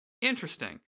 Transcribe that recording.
Interesting